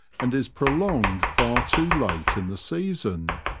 and is pro longed far too late in the season.